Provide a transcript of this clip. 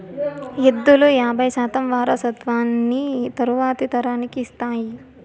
ఎద్దులు యాబై శాతం వారసత్వాన్ని తరువాతి తరానికి ఇస్తాయి